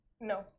No